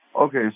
Okay